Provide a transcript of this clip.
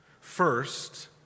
First